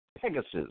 Pegasus